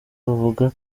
bavuga